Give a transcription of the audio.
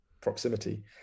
proximity